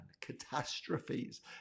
Catastrophes